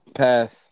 pass